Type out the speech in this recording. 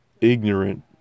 ignorant